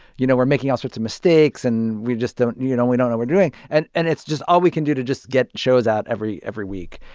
you know, we're making all sorts of mistakes. and we just don't you know, we don't we're doing. and and it's just all we can do to just get shows out every every week.